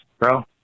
bro